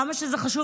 כמה שזה חשוב.